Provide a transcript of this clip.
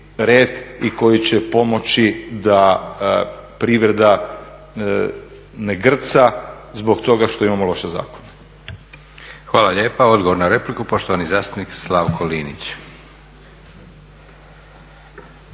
i koji će pomoći da privreda ne grca zbog toga što imamo loše zakone. **Leko, Josip (SDP)** Hvala lijepa. Odgovor na repliku, poštovani zastupnik Slavko Linić.